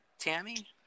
tammy